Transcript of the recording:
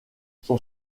son